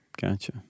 Gotcha